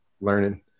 learning